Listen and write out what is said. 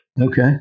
Okay